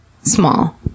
small